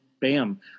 bam